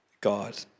God